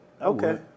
Okay